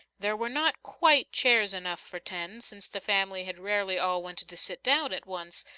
there were not quite chairs enough for ten, since the family had rarely all wanted to sit down at once,